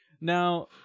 Now